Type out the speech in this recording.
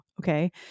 okay